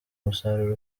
umusaruro